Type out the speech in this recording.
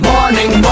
Morning